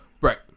Right